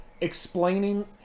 explaining